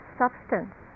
substance